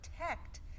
protect